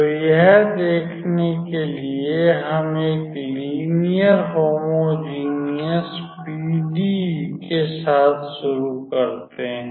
तो यह देखने के लिए हम एक लीनियर होमोजीनियस पीडीई के साथ शुरू करते हैं